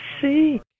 see